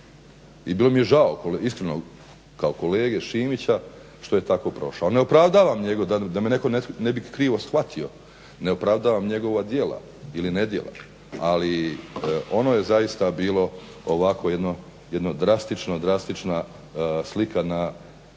i bilo mi je žao iskreno kao kolege Šimića što je tako prošao. Ne opravdavam, da me netko ne bi krivo shvatio, ne opravdam njegova djela ili nedjela ali ono je zaista bilo ovako jedno drastično, drastična slika na